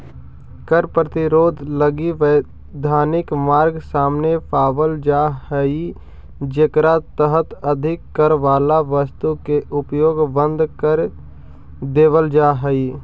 कर प्रतिरोध लगी वैधानिक मार्ग सामने पावल जा हई जेकरा तहत अधिक कर वाला वस्तु के उपयोग बंद कर देवल जा हई